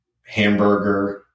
hamburger